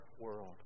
world